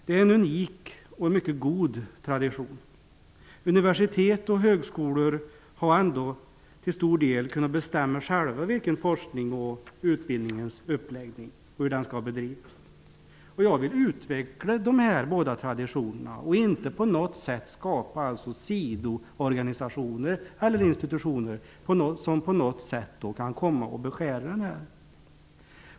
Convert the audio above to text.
Det är en unik och mycket god tradition. Universitet och högskolor har ändå till stor del kunnat själva bestämma hur forskningen och utbildningen skall bedrivas. Jag vill utveckla de här båda traditionerna och inte skapa sidoorganisationer eller institutioner som på något sätt kan komma att beskära den möjligheten.